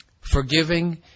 forgiving